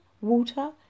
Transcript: water